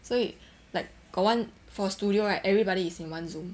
所以 like got one for studio right everybody is in one zoom